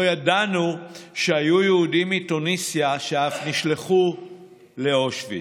לא ידענו שהיו יהודים מתוניסיה שאף נשלחו לאושוויץ.